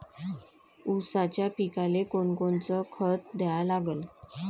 ऊसाच्या पिकाले कोनकोनचं खत द्या लागन?